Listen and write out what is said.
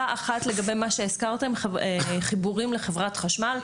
מילה אחת לגבי מה שהזכרתם, חיבורים לחברת חשמל.